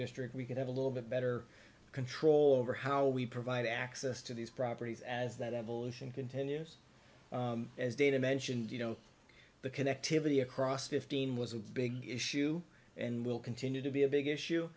district we could a little bit better control over how we provide access to these properties as that evolution continues as dana mentioned you know the connectivity across fifteen was a big issue and will continue to be a big issue